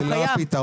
הוא קיים.